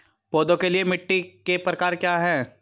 पौधों के लिए मिट्टी के प्रकार क्या हैं?